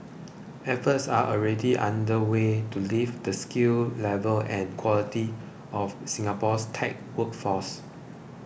efforts are already underway to lift the skill level and quality of Singapore's tech workforce